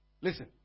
Listen